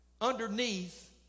underneath